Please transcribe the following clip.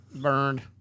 Burned